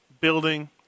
building